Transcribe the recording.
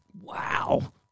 Wow